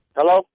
Hello